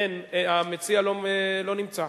המציע לא נמצא,